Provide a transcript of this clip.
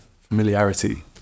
familiarity